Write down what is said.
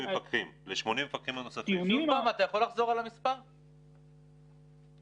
כמה מפקחים אתם צריכים בשביל כל הפעוטונים?